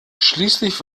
schließlich